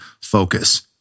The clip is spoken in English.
Focus